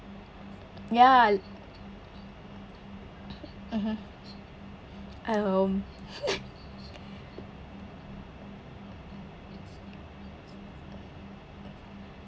ya mmhmm um